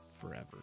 Forever